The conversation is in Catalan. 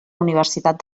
universitat